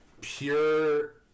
pure